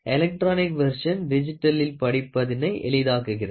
electronic வெர்சனில் டிஜிட்டலிள் படிப்பதினை எளிதாக்குகிறது